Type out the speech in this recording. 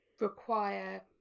require